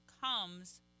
comes